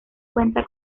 cuenta